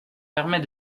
permet